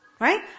Right